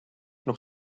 nog